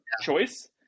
choice